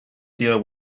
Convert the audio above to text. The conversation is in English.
deal